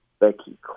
Becky